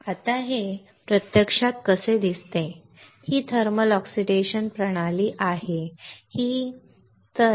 आता हे प्रत्यक्षात कसे दिसते ही थर्मल ऑक्सिडेशन प्रणाली आहे ही थर्मल ऑक्सिडेशन ऑक्सिडेशन प्रणाली आहे